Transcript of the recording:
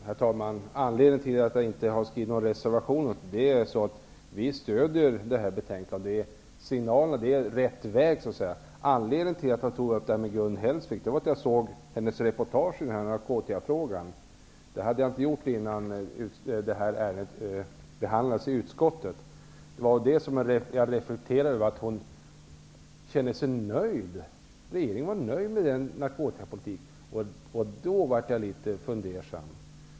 Herr talman! Att jag inte har fogat någon reservation till betänkandet beror på att vi i Ny demokrati stöder betänkandet. Betänkandet är en signal, som visar att vi är på rätt väg. Anledningen till att jag tog upp Gun Hellsviks uttalande var att jag såg reportaget om hennes synpunkter i narkotikafrågan. Jag hade inte sett reportaget innan det här ärendet behandlades i utskottet. Vad jag reflekterade över var att hon kände sig nöjd, att regeringen var nöjd med den nuvarande narkotikapolitiken. Då blev jag litet fundersam.